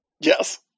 Yes